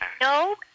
No